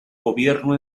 gobierno